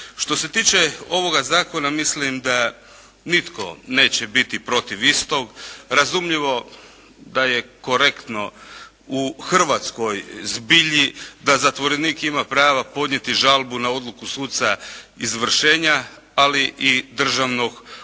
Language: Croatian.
Što se tiče ovoga Zakona mislim da nitko neće biti protiv istog. Razumljivo da je korektno u hrvatskoj zbilji da zatvorenik ima pravo podnijeti žalbu na odluku suca izvršenja, ali i državnog odvjetnika.